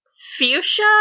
fuchsia